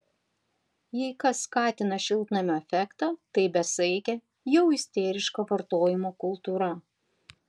jei kas skatina šiltnamio efektą tai besaikė jau isteriška vartojimo kultūra